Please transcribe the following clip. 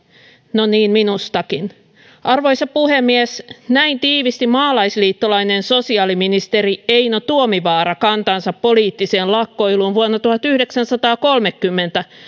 no niin minustakin arvoisa puhemies näin tiivisti maalaisliittolainen sosiaaliministeri eino tuomivaara kantansa poliittiseen lakkoiluun vuonna tuhatyhdeksänsataakolmekymmentä